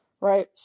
right